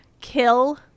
kill